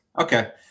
Okay